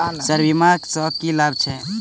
Sir बीमा सँ की लाभ छैय?